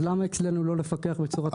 אז למה אצלנו לא לפקח בצורה טובה?